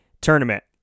tournament